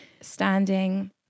Standing